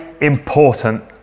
important